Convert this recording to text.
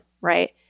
right